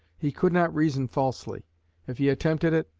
he could not reason falsely if he attempted it,